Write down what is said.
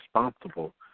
responsible